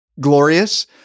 glorious